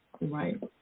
Right